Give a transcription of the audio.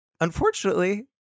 unfortunately